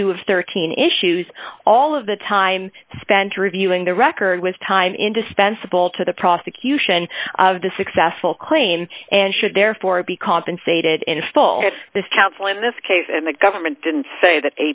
two of thirteen issues all of the time spent reviewing the record with time indispensable to the prosecution of the successful claim and should therefore be compensated install this counsel in this case and the government didn't say that